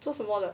做什么的